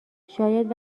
شاید